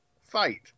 fight